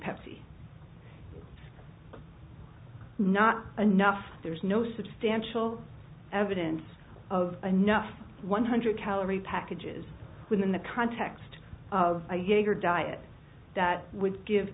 pepsi not enough there's no substantial evidence of enough one hundred calorie packages within the context of a younger diet that would give